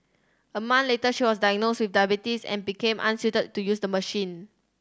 a month later she was diagnosed with diabetes and became unsuited to use the machine